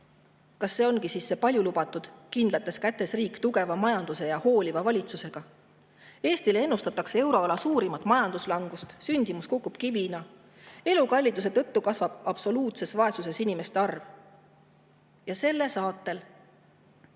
Kas see ongi see paljulubatud kindlates kätes riik, tugeva majanduse ja hooliva valitsusega? Eestile ennustatakse euroala suurimat majanduslangust, sündimus kukub kivina, elukalliduse tõttu kasvab absoluutses vaesuses inimeste arv. Ja selle saatel